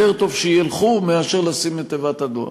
יותר טוב שילכו מאשר לשים את תיבת הדואר.